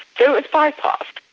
so it's bypassed.